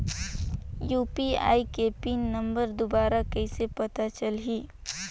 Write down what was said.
UPI के pin number दुबारा कइसे पता चलही?